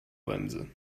bremse